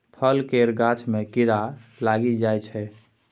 फल केर गाछ मे कीड़ा लागि जाइ छै